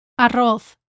Arroz